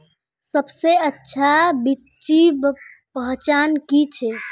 सबसे अच्छा बिच्ची पहचान की छे?